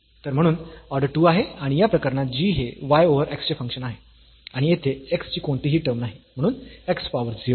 तर म्हणून ऑर्डर 2 आहे आणि या प्रकरणात g हे y ओव्हर x चे फंक्शन आहे आणि येथे x ची कोणतीही टर्म नाही म्हणून x पॉवर 0